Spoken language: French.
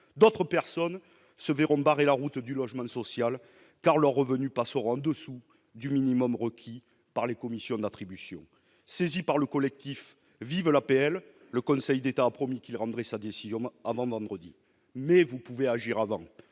d'autres personnes se verront barrer la route du logement social, car leurs revenus par seront en dessous du minimum requis par les commissions d'attribution, saisi par le collectif Vive l'APL, le Conseil d'État a promis qu'il rendrait sa décision avant vendredi, mais vous pouvez agir avant,